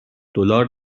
دلار